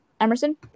Emerson